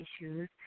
issues